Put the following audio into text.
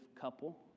couple